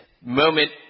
moment